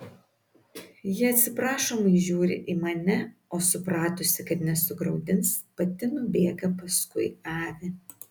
ji atsiprašomai žiūri į mane o supratusi kad nesugraudins pati nubėga paskui avį